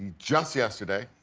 just yesterday